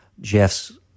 Jeff's